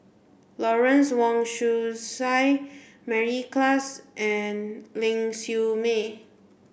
Lawrence Wong Shyun Tsai Mary Klass and Ling Siew May